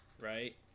right